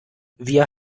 wir